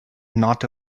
not